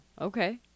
Okay